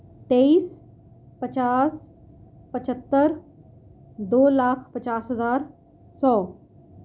تیئیس پچاس پچھتر دو لاکھ پچاس ہزار سو